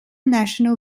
national